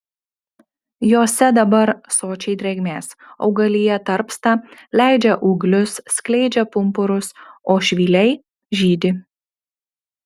jose dabar sočiai drėgmės augalija tarpsta leidžia ūglius skleidžia pumpurus o švyliai žydi